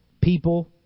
People